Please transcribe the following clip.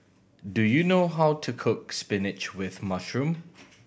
do you know how to cook spinach with mushroom